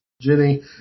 Jenny